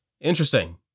Interesting